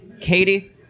Katie